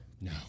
No